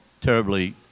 terribly